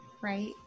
right